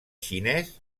xinès